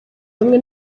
hamwe